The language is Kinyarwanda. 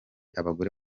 abagore